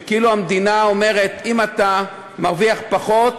כאילו אומרים: אם אתה מרוויח פחות